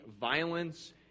violence